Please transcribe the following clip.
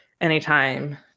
anytime